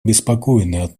обеспокоены